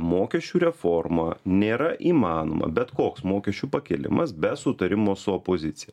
mokesčių reforma nėra įmanoma bet koks mokesčių pakėlimas be sutarimo su opozicija